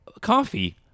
coffee